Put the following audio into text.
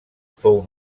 fou